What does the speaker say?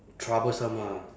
troublesome ah